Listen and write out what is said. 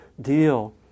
deal